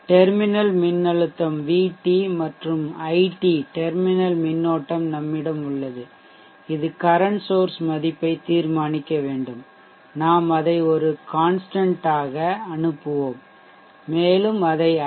terminal மின்னழுத்தம் VT மற்றும் ID terminal மின்னோட்டம் நம்மிடம் உள்ளது இது கரன்ட் சோர்ஷ் மதிப்பை தீர்மானிக்க வேண்டும் நாம் அதை ஒரு கான்ஸ்ட்டன்ட்டாகமாறிலியாக அனுப்புவோம் மேலும் இதை ஐ